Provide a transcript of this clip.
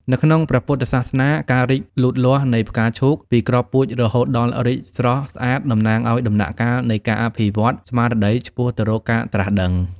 នៅក្នុងព្រះពុទ្ធសាសនា ការរីកលូតលាស់នៃផ្កាឈូកពីគ្រាប់ពូជរហូតដល់រីកស្រស់ស្អាតតំណាងឱ្យដំណាក់កាលនៃការអភិវឌ្ឍន៍ស្មារតីឆ្ពោះទៅរកការត្រាស់ដឹង។